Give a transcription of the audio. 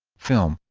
film